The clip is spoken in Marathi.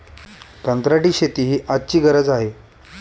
कंत्राटी शेती ही आजची गरज आहे